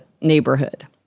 neighborhood